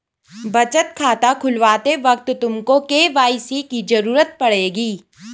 बचत खाता खुलवाते वक्त तुमको के.वाई.सी की ज़रूरत पड़ेगी